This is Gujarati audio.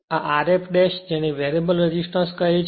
અને આ Rf જેને વેરીએબલ રેસિસ્ટન્સ કહે છે